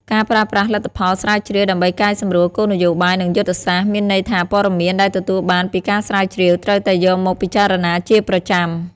ការប្រើប្រាស់លទ្ធផលស្រាវជ្រាវដើម្បីកែសម្រួលគោលនយោបាយ និងយុទ្ធសាស្ត្រ មានន័យថាព័ត៌មានដែលទទួលបានពីការស្រាវជ្រាវត្រូវតែយកមកពិចារណាជាប្រចាំ។